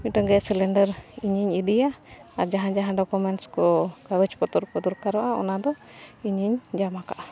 ᱢᱤᱫᱴᱟᱝ gas cylinder ᱤᱧᱤᱧ ᱤᱫᱤᱭᱟ ᱟᱨ ᱡᱟᱦᱟᱸ ᱡᱟᱦᱟᱸ ᱰᱚᱠᱚᱢᱮᱱᱥ ᱠᱚ ᱠᱟᱜᱚᱡᱽ ᱯᱚᱛᱚᱨ ᱠᱚ ᱫᱚᱨᱠᱟᱨᱚᱜᱼᱟ ᱚᱱᱟ ᱫᱚ ᱤᱧᱼᱤᱧ ᱡᱟᱢᱟ ᱠᱟᱜᱼᱟ